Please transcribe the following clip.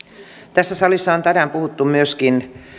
tässä salissa on tänään puhuttu myöskin